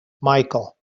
michael